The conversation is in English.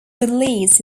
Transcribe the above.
release